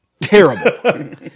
terrible